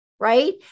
right